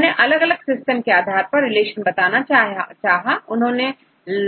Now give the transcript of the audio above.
उन्होंने अलग अलग सिस्टम के आधार पर रिलेशन बताना चाहा उन्होंने